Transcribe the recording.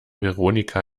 veronika